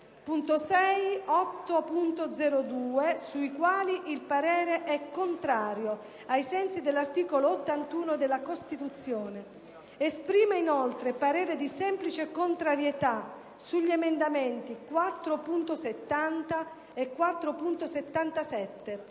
al comma 4), sui quali il parere è contrario, ai sensi dell'articolo 81 della Costituzione. Esprime inoltre parere di semplice contrarietà sugli emendamenti 1.269